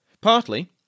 Partly